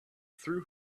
threw